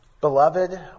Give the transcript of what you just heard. Beloved